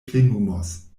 plenumos